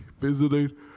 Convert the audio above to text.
visiting